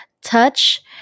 touch